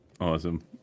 awesome